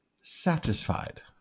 satisfied